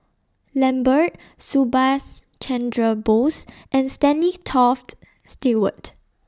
Lambert Subhas Chandra Bose and Stanley Toft Stewart